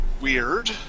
weird